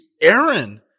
Aaron